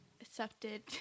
accepted